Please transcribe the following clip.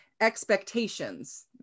expectations